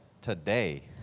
today